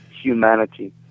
humanity